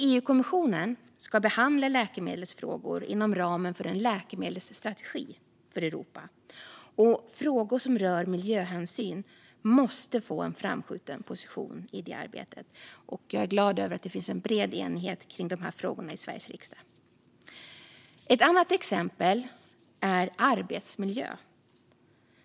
EU-kommissionen ska behandla läkemedelsfrågor inom ramen för en läkemedelsstrategi för Europa. Frågor som rör miljöhänsyn måste få en framskjuten position i det arbetet. Jag är glad över att det finns en bred enighet kring de här frågorna i Sveriges riksdag. Ett annat exempel är arbetsmiljö.